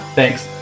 Thanks